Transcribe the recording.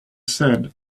said